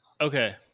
Okay